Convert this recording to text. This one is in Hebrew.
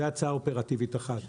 זו הצעה אופרטיבית אחת.